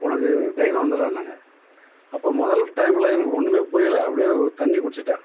உனக்கு தைரியம் வந்துடும்னாங்க அப்போது முதல் டைமில் எனக்கு ஒன்றுமே புரியல அப்படியே தண்ணி குடித்துட்டேன்